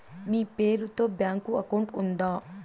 మీ పేరు తో bank account ఉందా?